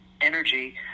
energy